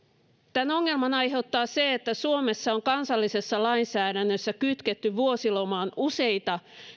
tämän ongelman aiheuttaa se että suomessa on kansallisessa lainsäädännössä kytketty vuosilomaan useita